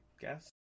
guess